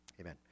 Amen